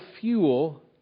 fuel